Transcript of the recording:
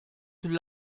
sul